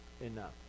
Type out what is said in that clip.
Enough